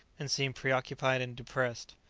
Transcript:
and seemed preoccupied and depressed.